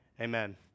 Amen